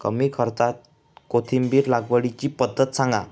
कमी खर्च्यात कोथिंबिर लागवडीची पद्धत सांगा